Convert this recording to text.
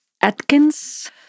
Atkins